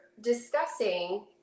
discussing